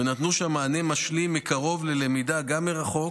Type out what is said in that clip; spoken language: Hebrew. ונתנו שם מענה משלים מקרוב ללמידה מרחוק